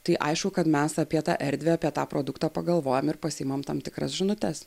tai aišku kad mes apie tą erdvę apie tą produktą pagalvojam ir pasiimam tam tikras žinutes